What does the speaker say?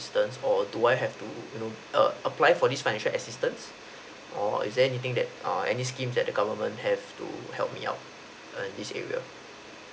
assistance or do I have to you know err apply for this financial assistance or is there anything that err any scheme that the government have to help me out in this area